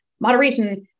moderation